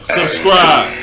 subscribe